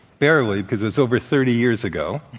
barely, because it's over thirty years ago,